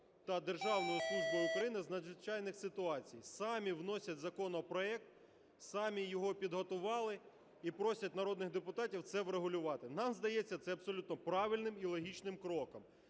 та Державною службою України з надзвичайних ситуацій, самі вносять законопроект, самі його підготували і просять народних депутатів це врегулювати, нам здається це абсолютно правильним і логічним кроком.